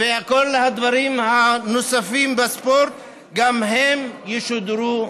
וכל הדברים הנוספים בספורט גם הם ישודרו חינם.